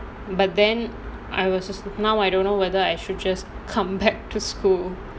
but then I was just now I don't know whether I should just come back to school